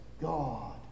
God